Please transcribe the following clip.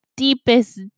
deepest